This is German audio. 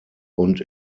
und